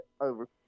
over